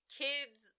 kids